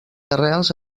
arrels